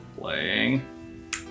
playing